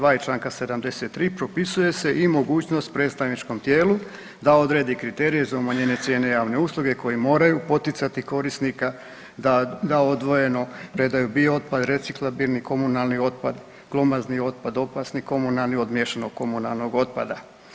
2 i čl. 73. propisuje se i mogućnost predstavničkom tijelu da odredbi kriterije za umanjenje cijene javne usluge koji moraju poticati korisnika da odvojeno predaju biootpad, reciklabilni, komunalni otpad, glomazni otpad, opasni komunalni od miješanog komunalnog otpada.